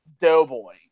Doughboy